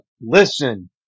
listen